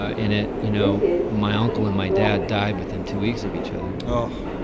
ah in it. you know, my uncle and my dad died within two weeks of each other. oh.